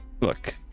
Look